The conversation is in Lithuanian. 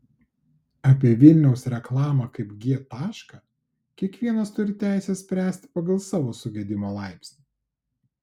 apie vilniaus reklamą kaip g tašką kiekvienas turi teisę spręsti pagal savo sugedimo laipsnį